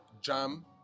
Jam